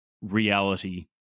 reality